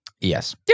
Yes